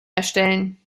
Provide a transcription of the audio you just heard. erstellen